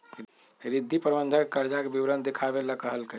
रिद्धि प्रबंधक के कर्जा के विवरण देखावे ला कहलकई